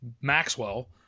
Maxwell